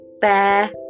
bear